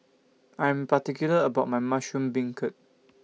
I Am particular about My Mushroom Beancurd